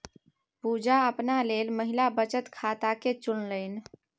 पुजा अपना लेल महिला बचत खाताकेँ चुनलनि